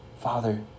Father